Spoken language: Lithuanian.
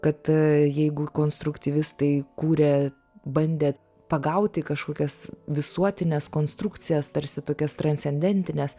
kad jeigu konstruktyvistai kūrė bandė pagauti kažkokias visuotines konstrukcijas tarsi tokias transcendentines